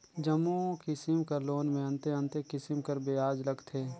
जम्मो किसिम कर लोन में अन्ते अन्ते किसिम कर बियाज लगथे